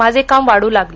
माझे काम वाढू लागले